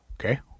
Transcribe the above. okay